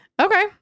Okay